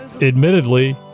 Admittedly